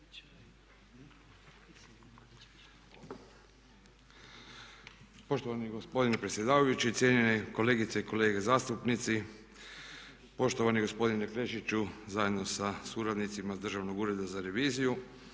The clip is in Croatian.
Poštovani gospodine predsjedavajući, cijenjeni kolegice i kolege zastupnici, poštovani gospodine Krešiću zajedno sa suradnicima iz Državnog ureda za reviziju.